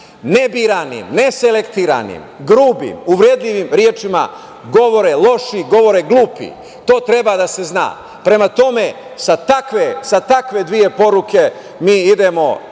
Ne biranim, ne selektiranim, grubim uvredljivim rečima govore loši, govore glupi. To treba da se zna. Prema tome, sa takve dve poruke idemo